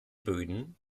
böden